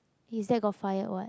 his dad got fired [what]